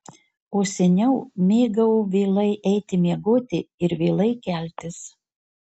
o seniau mėgau vėlai eiti miegoti ir vėlai keltis